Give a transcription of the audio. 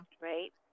right